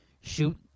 shoot